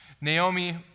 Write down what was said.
Naomi